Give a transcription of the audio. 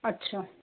अच्छा